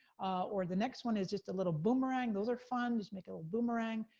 or the next one is just a little boomerang, those are fun, just make a little boomerang.